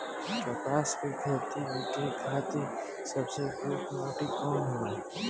कपास क खेती के खातिर सबसे उपयुक्त माटी कवन ह?